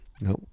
No